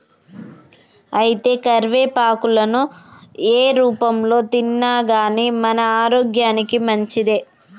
అయితే కరివేపాకులను ఏ రూపంలో తిన్నాగానీ మన ఆరోగ్యానికి మంచిదే